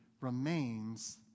remains